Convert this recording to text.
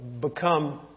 become